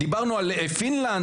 דיברנו על פינלנד,